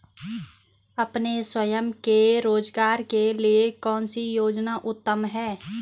अपने स्वयं के रोज़गार के लिए कौनसी योजना उत्तम है?